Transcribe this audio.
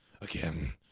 again